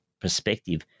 perspective